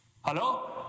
hello